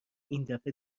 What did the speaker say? ایندفعه